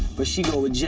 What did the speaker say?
but she go with jay,